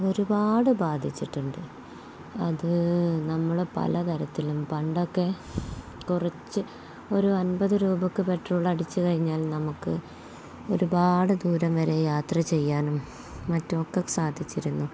ഒരുപാടു ബാധിച്ചിട്ടുണ്ട് അതു നമ്മളെ പലതരത്തിലും പണ്ടൊക്കെ കുറച്ച് ഒരു അൻപതു രൂപയ്ക്കു പെട്രോൾ അടിച്ചുകഴിഞ്ഞാൽ നമുക്ക് ഒരുപാടു ദൂരം വരെ യാത്ര ചെയ്യാനും മറ്റൊക്കെ സാധിച്ചിരുന്നു